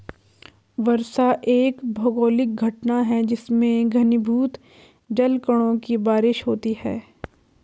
वर्षा एक भौगोलिक घटना है जिसमें घनीभूत जलकणों की बारिश होती है